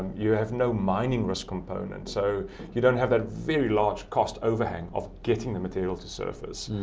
you have no mining risk component. so you don't have a very large cost overhang of getting the material to surface.